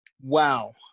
Wow